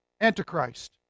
Antichrist